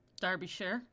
Derbyshire